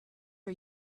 are